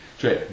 cioè